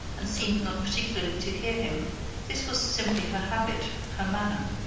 and seemed not particularly to hear him this was simply her habit, her manner.